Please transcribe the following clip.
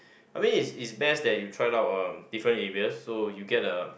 I mean is is best that you try out uh different areas so you get a